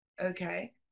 okay